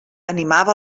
animava